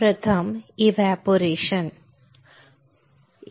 प्रथम एव्हपोरेशन म्हणतात